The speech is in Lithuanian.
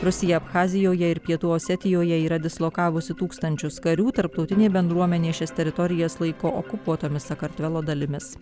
rusija abchazijoje ir pietų osetijoje yra dislokavusi tūkstančius karių tarptautinė bendruomenė šias teritorijas laiko okupuotomis sakartvelo dalimis